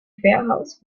querhaus